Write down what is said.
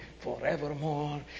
forevermore